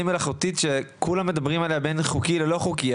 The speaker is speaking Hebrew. מלאכותית שכולם מדברים עליה בין חוקי ללא חוקי.